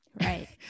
right